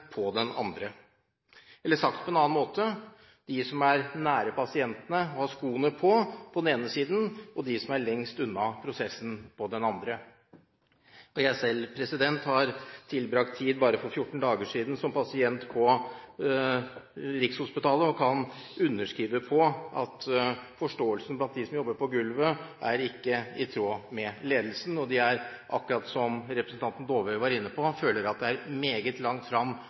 på den andre – eller, sagt på en annen måte, de som er nær pasientene, og som har skoen på, på den ene siden og de som er lengst unna prosessen, på den andre. Da jeg selv har tilbrakt tid for bare 14 dager siden som pasient på Rikshospitalet, kan jeg underskrive på at forståelsen blant dem som jobber på gulvet, ikke er i tråd med den til ledelsen. De føler, akkurat som representanten Dåvøy var inne på, at det er meget langt fram